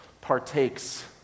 partakes